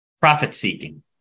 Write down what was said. profit-seeking